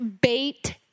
bait